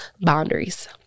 boundaries